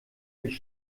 ich